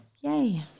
Yay